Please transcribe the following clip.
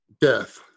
Death